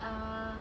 err